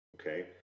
okay